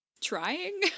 trying